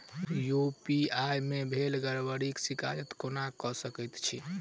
UPI मे भेल गड़बड़ीक शिकायत केना कऽ सकैत छी?